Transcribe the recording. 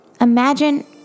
Imagine